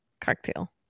cocktail